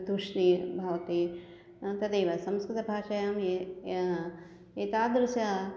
तूष्णिं भवति तदेव संस्कृतभाषायां ये एतादृशम्